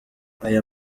aya